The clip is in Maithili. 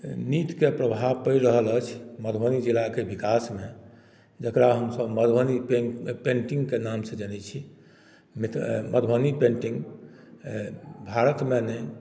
नीतिके प्रभाव पड़ि रहल अछि मधुबनी जिलाके विकासमे जकरा हमसभ मधुबनी पे पेन्टिंगके नामसँ जनैत छी मिथ मधुबनी पेन्टिंग भारतमे नहि